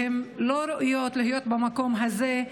והן לא ראויות להיות במקום הזה.